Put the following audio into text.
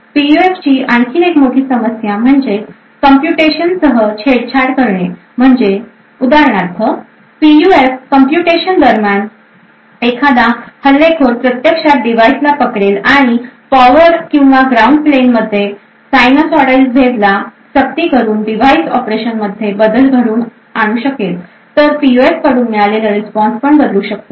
पीयूएफची आणखी एक मोठी समस्या म्हणजे कंप्यूटेशनसह छेडछाड करणे म्हणजे उदाहरणार्थ पीयूएफ कम्प्युटेशन दरम्यान एखादा हल्लेखोर प्रत्यक्षात डिव्हाइसला पकडेल आणि पॉवर किंवा ग्राउंड प्लेनमध्ये साइनसॉइडल वेव्हला सक्ती करून डिव्हाइस ऑपरेशनमध्ये बदल घडवून आणू शकतो तर पीयूएफकडून मिळालेला रिस्पॉन्स बदलू शकतो